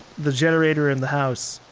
the generator in the house.